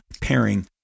pairing